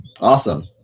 Awesome